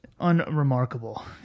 unremarkable